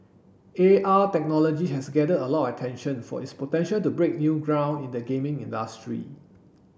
A R technology has gathered a lot of attention for its potential to break new ground in the gaming industry